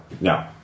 No